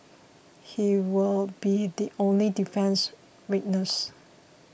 he will be the only defence witness